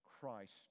Christ